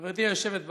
חברתי היושבת בראש,